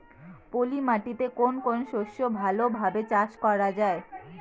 পলি মাটিতে কোন কোন শস্য ভালোভাবে চাষ করা য়ায়?